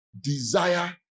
desire